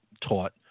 taught